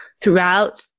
throughout